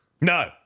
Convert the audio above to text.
No